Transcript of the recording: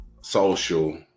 social